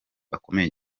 bakomeye